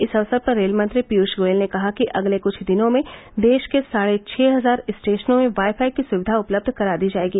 इस अवसर पर रेलमंत्री पीयूष गोयल ने कहा कि अगले कुछ दिनों में देश के साढे छह हजार स्टेशनों में वाई फाई की सुविधा उपलब्ध करा दी जायेगी